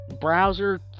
browser